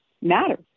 matters